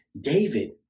David